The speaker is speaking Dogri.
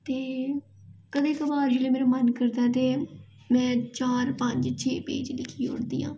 ते कदें कबार जेल्लै मेरा मन करदा ते में चार पंज छे पेज लिखी ओड़दी आं